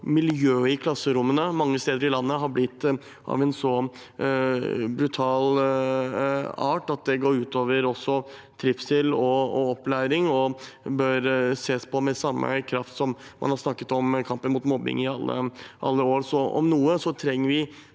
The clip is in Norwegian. miljøet i klasserommene mange steder i landet har blitt av en så brutal art at det også går ut over trivsel og opplæring, og det bør ses på med samme kraft som man har snakket om kampen mot mobbing i alle år.